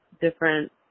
different